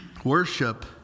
Worship